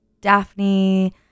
daphne